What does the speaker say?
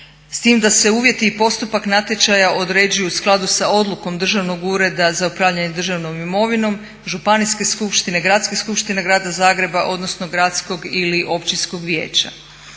S tim da se uvjeti i postupak natječaja određuju u skladu sa odlukom Državnog ureda za upravljanje državnom imovinom, županijske skupštine, Gradske skupštine grada Zagreba odnosno gradskog ili općinskog vijeća.